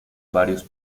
varios